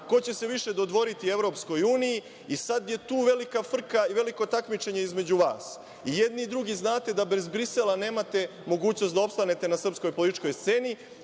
ko će se više dodvoriti EU i sada je tu velika frka i veliko takmičenje između vas. Jedni i drugi znate da bez Brisela nemate mogućnost da opstanete na srpskoj političkoj sceni.